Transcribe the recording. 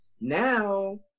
now